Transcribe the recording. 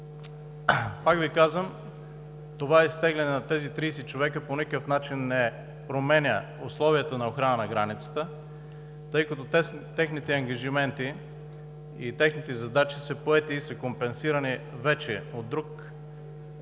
Пак Ви казвам, че това изтегляне на тези 30 човека по никакъв начин не променя условията на охрана на границата, тъй като техните ангажименти и задачи са поети и са компенсирани вече от друг вид